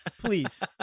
please